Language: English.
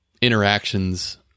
interactions